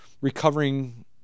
recovering